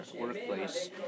workplace